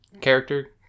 character